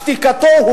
שתיקתו.